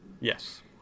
yes